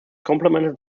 complemented